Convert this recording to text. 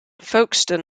folkestone